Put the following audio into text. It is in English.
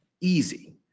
easy